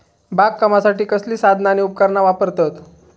बागकामासाठी कसली साधना आणि उपकरणा वापरतत?